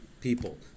people